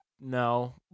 No